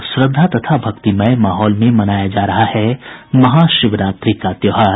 और श्रद्धा तथा भक्तिमय माहौल में मनाया जा रहा है महाशिवरात्रि का त्योहार